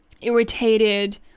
irritated